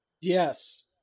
Yes